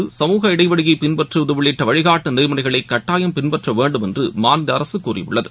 போது சமூக இடைவெளியைபின்பற்றுவதுஉள்ளிட்டவழிகாட்டுநெறிமுறைகளைகட்டாயம் பின்பற்றவேண்டும் என்றுமாநிலஅரசுகூறியுள்ளது